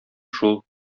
шул